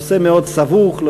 נושא סבוך מאוד,